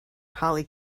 holly